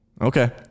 Okay